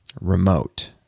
remote